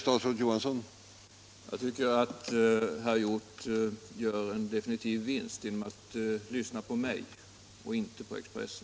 Herr talman! Jag tycker definitivt att herr Hjorth gör en vinst genom att lyssna på mig och inte på Expressen.